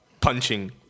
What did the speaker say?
Punching